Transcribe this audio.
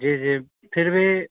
जी जी फिर भी